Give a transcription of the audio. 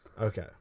Okay